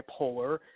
bipolar